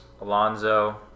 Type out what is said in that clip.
Alonzo